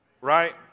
right